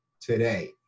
today